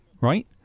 Right